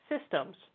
systems